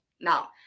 Now